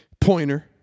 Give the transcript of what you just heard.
pointer